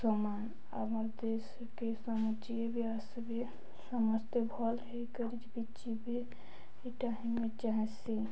ସମାନ ଆମର୍ ଦେଶ୍କେ ସମୁ ଯିଏ ବି ଆସିବେ ସମସ୍ତେ ଭଲ୍ ହେଇକରି ଯିବେ ଏଇଟା ମୁଁ ଚାହିଁସି